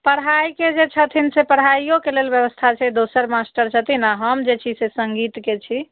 पढ़ाइके जे छथिन से पढ़ाइओके लेल व्यवस्था छै दोसर मास्टर छथिन आ हम जे छी से सङ्गीतके छी